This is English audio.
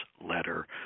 letter